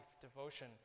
devotion